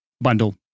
bundle